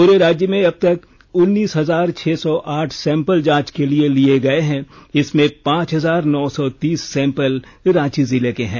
पूरे राज्य में अब तक उन्नीस हजार छह सौ आठ सैंपल जांच के लिए लिये गए हैं इसमें पांच हजार नौ सौ तीस सैंपल रांची जिले के हैं